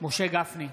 משה גפני,